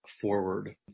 forward